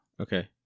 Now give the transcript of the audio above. okay